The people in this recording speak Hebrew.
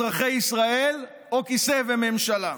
אזרחי ישראל או כיסא וממשלה?